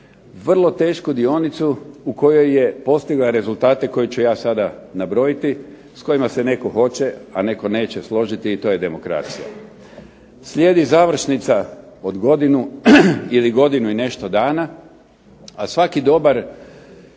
vrlo tešku dionicu u kojoj je postigla rezultate o kojima ću ja sada nabrojiti, s kojima se netko hoće a netko neće složiti i to je demokracija. Slijedi završnica od godinu ili godinu i nešto dana, a svaki dobar